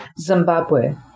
Zimbabwe